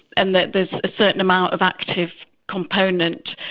and that there's a certain amount of active component.